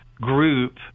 group